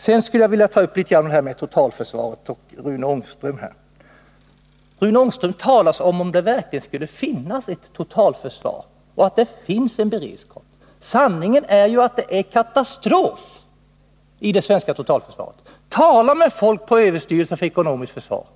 Sedan skulle jag vilja ta upp frågan om totalförsvaret. Rune Ångström talar som om det verkligen skulle finnas ett totalförsvar och en beredskap. Sanningen är ju att det råder katastrof inom det svenska totalförsvaret. Tala med folk på överstyrelsen för ekonomiskt försvar